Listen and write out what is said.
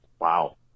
wow